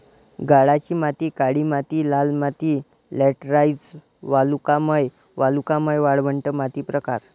गाळाची माती काळी माती लाल माती लॅटराइट वालुकामय वालुकामय वाळवंट माती प्रकार